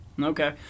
Okay